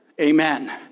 Amen